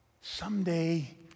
someday